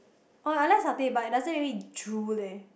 oh I like satay but it doesn't really drool leh